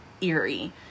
eerie